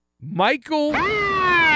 Michael